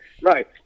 Right